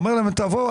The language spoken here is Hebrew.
אומר להם: תבואו,